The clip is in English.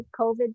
COVID